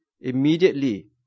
immediately